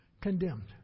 Condemned